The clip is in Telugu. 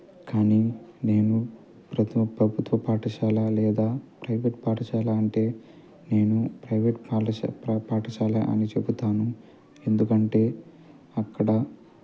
కానీ నేను ప్ర ప్రభుత్వ పాఠశాల లేదా ప్రైవేట్ పాఠశాల అంటే నేను ప్రైవేట్ పాలశ పాఠశాల అని చెబుతాను ఎందుకంటే అక్కడ